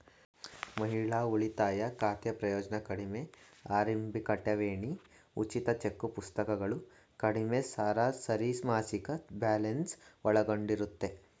ಮಹಿಳಾ ಉಳಿತಾಯ ಖಾತೆ ಪ್ರಯೋಜ್ನ ಕಡಿಮೆ ಆರಂಭಿಕಠೇವಣಿ ಉಚಿತ ಚೆಕ್ಪುಸ್ತಕಗಳು ಕಡಿಮೆ ಸರಾಸರಿಮಾಸಿಕ ಬ್ಯಾಲೆನ್ಸ್ ಒಳಗೊಂಡಿರುತ್ತೆ